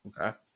Okay